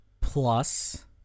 plus